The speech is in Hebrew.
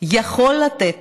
יכול לתת